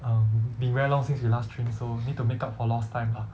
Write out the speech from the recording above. um been very long since we last trained so need to make up for lost time ah